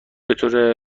بطور